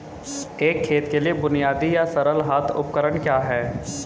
एक खेत के लिए बुनियादी या सरल हाथ उपकरण क्या हैं?